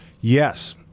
Yes